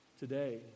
today